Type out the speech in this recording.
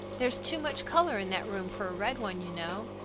there is too much color in that room for a red one, you know.